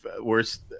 worst